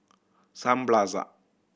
Sun Plaza